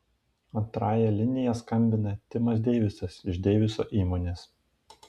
antrąja linija skambina timas deivisas iš deiviso įmonės